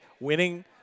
winning